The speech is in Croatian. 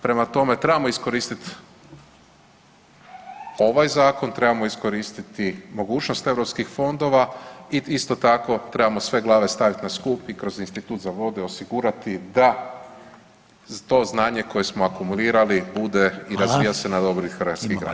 Prema tome, trebamo iskoristiti ovaj zakon, trebamo iskoristiti mogućnost europskih fondova i isto tako trebamo sve glave staviti na skup i kroz Institut za vode osigurati da to znanje koje smo akumulirali bude i razvija se na dobrobit [[Upadica: Hvala.]] hrvatskih građana.